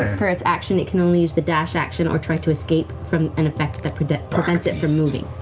for its action, it can only use the dash action, or try to escape from an effect that prevents prevents it from moving.